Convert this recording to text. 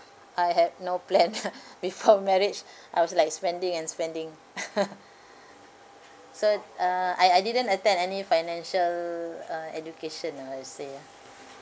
I had no plan lah before marriage I was like spending and spending so uh I I didn't attend any financial uh education or what per se ah